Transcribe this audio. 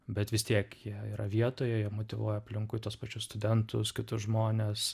bet vis tiek jie yra vietoje jie motyvuoja aplinkui tuos pačius studentus kitus žmones